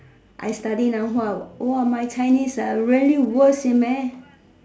I study now !wah! !wah! my Chinese ah really worse you man